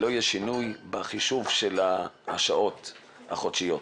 שלא יהיה שינוי בחישוב של השעות החודשיות.